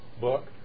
book